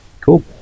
Cool